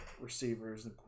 receivers